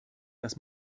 dass